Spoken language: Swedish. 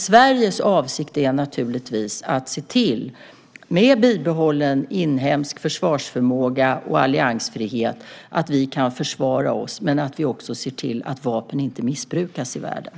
Sveriges avsikt är naturligtvis att se till, med bibehållen inhemsk försvarsförmåga och alliansfrihet, att vi kan försvara oss men också att vapen inte missbrukas i världen.